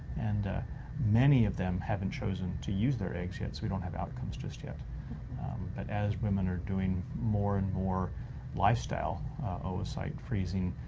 and many of them haven't chosen to use their eggs yet, so we don't have outcomes just yet. but as women are doing more and more lifestyle oocyte freezing,